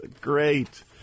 Great